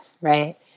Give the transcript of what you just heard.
right